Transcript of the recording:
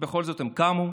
ובכל זאת הם קמו,